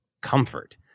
comfort